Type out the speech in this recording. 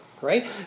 Right